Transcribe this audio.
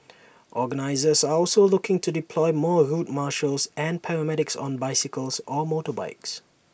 organisers are also looking to deploy more route marshals and paramedics on bicycles or motorbikes